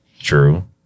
True